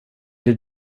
det